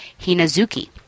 Hinazuki